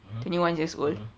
mmhmm mmhmm